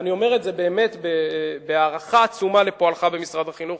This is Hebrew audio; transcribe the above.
ואני אומר את זה בהערכה עצומה לפועלך במשרד החינוך,